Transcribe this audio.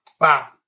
Wow